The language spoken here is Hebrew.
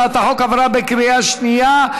הצעת החוק עברה בקריאה שנייה.